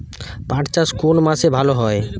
পাট চাষ কোন মাসে ভালো হয়?